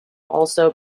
also